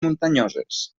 muntanyoses